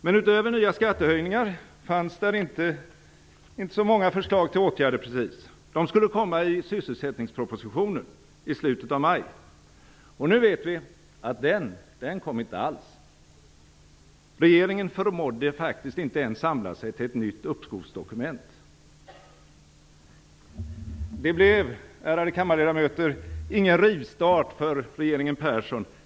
Men utöver nya skattehöjningar fanns där inte många förslag till åtgärder precis. De skulle komma i sysselsättningspropositionen i slutet av maj. Och nu vet vi att den, den kom inte alls. Regeringen förmådde inte ens samla sig till ett nytt uppskovsdokument. Det blev, ärade kammarledamöter, ingen rivstart för regeringen Persson.